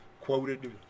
quoted